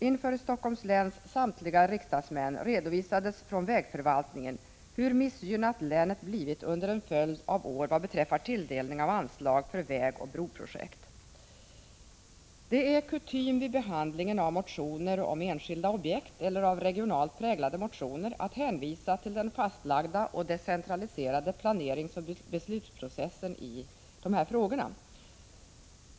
Inför Helsingforss läns samtliga riksdagsmän redovisades från vägförvaltningen hur missgynnat länet blivit under en följd av år vad beträffar tilldelning av anslag för vägoch broprojekt. Det är kutym vid behandling av motioner om enskilda objekt eller av regionalt präglade motioner att hänvisa till den fastlagda och decentraliserade planeringsoch beslutsprocessen i dessa frågor.